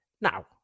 Now